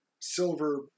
silver